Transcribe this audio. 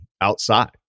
outside